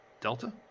delta